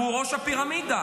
הוא ראש הפירמידה,